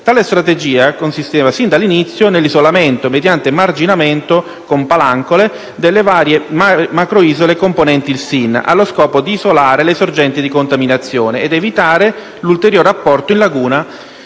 Tale strategia consisteva, fin dall'inizio, nell'isolamento mediante marginamento con palancole delle varie macroisole componenti il SIN, allo scopo di isolare le sorgenti di contaminazione ed evitare l'ulteriore apporto in laguna